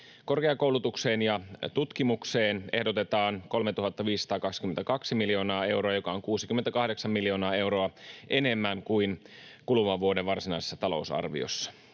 Korkeakoulutukseen ja tutkimukseen ehdotetaan 3 522 miljoonaa euroa, joka on 68 miljoonaa euroa enemmän kuin kuluvan vuoden varsinaisessa talousarviossa.